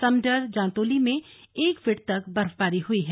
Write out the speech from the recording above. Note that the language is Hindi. समडर जांतोली में एक फीट तक बर्फबारी हुई है